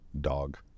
Dog